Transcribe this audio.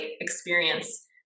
experience